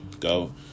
go